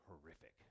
horrific